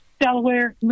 Delaware